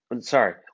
sorry